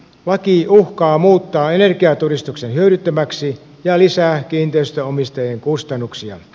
laki uhkaa muuttaa energiatodistuksen hyödyttömäksi ja lisää kiinteistönomistajien kustannuksia